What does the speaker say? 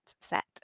set